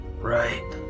right